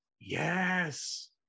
yes